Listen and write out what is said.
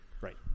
Right